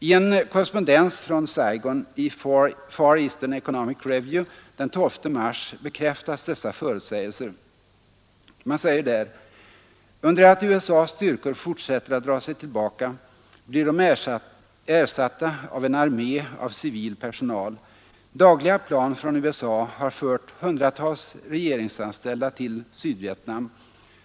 I en korrespondens från Saigon i Far Eastern Economic Review den 12 mars bekräftas dessa förutsägelser: ”Under det att USA:s styrkor fortsätter att dra sig tillbaka, blir de ersatta av en armé av civil personal. Dagliga plan från USA har fört hundratals regeringsanställda till Sydvietnam ———.